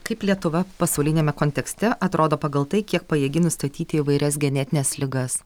kaip lietuva pasauliniame kontekste atrodo pagal tai kiek pajėgi nustatyti įvairias genetines ligas